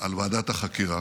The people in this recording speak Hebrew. על ועדת החקירה